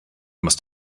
must